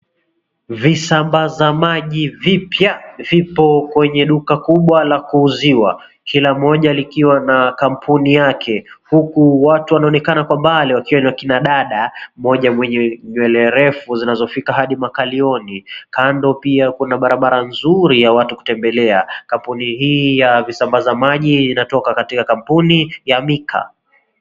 Visambaza maji vipya vipo kwenye duka kubwa la kuuziwa. Kila moja likiwa na kampuni yake, huku watu wanaonekana kwa mbali wakiwa ni akina dada, moja mwenye nywele refu zinazofika hadi makalioni. Kando pia kuna barabara mzuri ya watu kutembelea. Kampuni hii ya visambaza maji inatoka katika kampuni ya Mika.